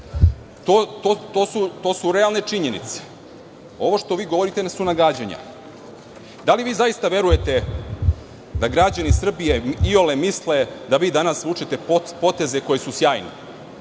To su realne činjenice. Ovo što vi govorite su nagađanja. Da li zaista verujete da građani Srbije iole misle da vi danas vučete poteze koji su sjajni?